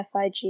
FIG